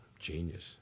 genius